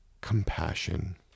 compassion